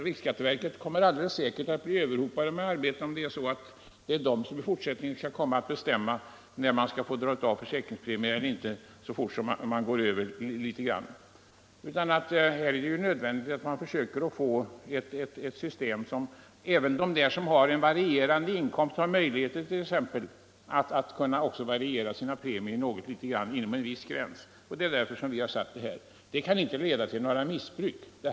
Riksskatteverket kommer helt säkert att bli överhopat med arbete, om det i fortsättningen skall bestämma när försäkringspremie skall få dras av eller inte, så snart den något överskrider den stipulerade gränsen. Det är nödvändigt att försöka få ett system som ger t.ex. även dem som har varierande inkomster möjlighet att inom en viss gräns något anpassa sina premier till dessa. Det är därför vi framlagt vårt förslag. Det kan inte leda till några missbruk.